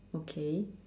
okay